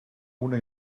una